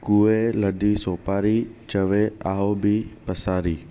कूए लधी सोपारी चवे आऊं बि पंसारी